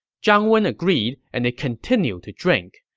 zhang wen agreed, and they continued to drink.